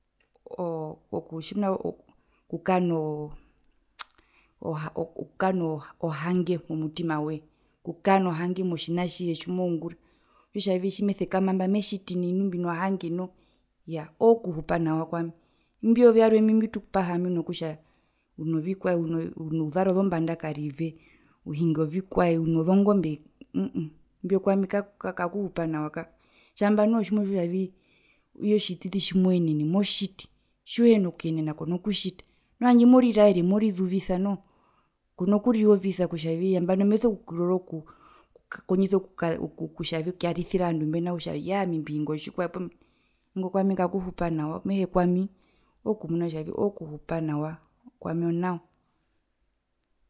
Ooo tjino oku okukaa okukaa no nohange momutimawe okukaa nohange motjina atjihe tjimoungura kutjavii tjimesekamamba metjiti nai nu mbino hange noho iyaa okuhupa nawa kwami imbio vyarwe mbi tupaha mbi nokutja uno vikwae uno uzara ozombanda karive uhinga ovikwae unozongombe uumuu imbio kwami kaku kakuhupa nawa kako tjamba noho tjimotjiwa kutjavii itjo tjititi tjimoenene motjiti tjiuho kuyenena kona kutjita nu hanjde moriraere morizuvisa noho kona kuriwovisa kutjavii nambano meso kurora oku okukondjisa okae kutjavii okuyarisira ovandu mbena kutjavii yaa ami mbihinga otjikwae poo ingo kwami kakuhupa nawa mehee kwami ookumuna kutjavi oo kuhupa nawa kwami onao.